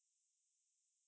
ya is quite different